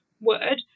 word